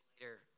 later